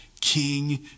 King